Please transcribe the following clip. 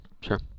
Sure